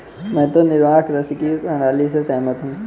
मैं तो निर्वाह कृषि की प्रणाली से सहमत हूँ